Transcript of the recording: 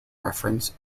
reference